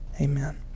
amen